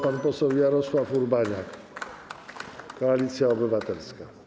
Pan poseł Jarosław Urbaniak, Koalicja Obywatelska.